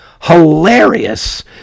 hilarious